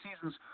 seasons